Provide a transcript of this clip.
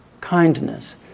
Kindness